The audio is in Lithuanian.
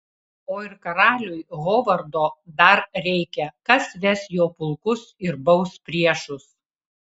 o ir karaliui hovardo dar reikia kas ves jo pulkus ir baus priešus